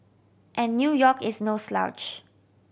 and New York is no slouch